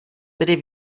tedy